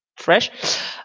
fresh